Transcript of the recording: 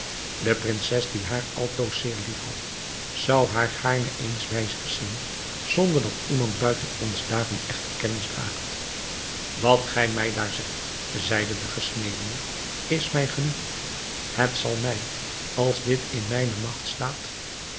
de prinses die haar altoos zeer lief had zou haar gaarne eens bij zich zien zonder dat iemand buiten ons daarvan echter kennis draagt wat gij mij daar zegt zeide de gesnedene is mij genoeg het zal mij als dit in mijne magt staat